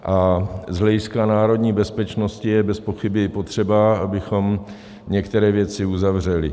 Z hlediska národní bezpečnosti je bezpochyby potřeba, abychom některé věci uzavřeli.